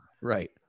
Right